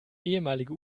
ehemalige